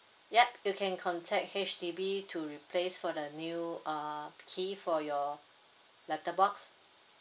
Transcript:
yup you can contact H_D_B to replace for the new uh key for your letter box